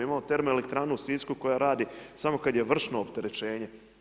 Imamo termoelektranu u Sisku koja radi samo kad je vršno opterećenje.